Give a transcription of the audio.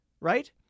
right